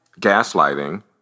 Gaslighting